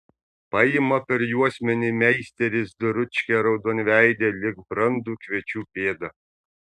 paima per juosmenį meisteris dručkę raudonveidę lyg brandų kviečių pėdą